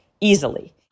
easily